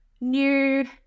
new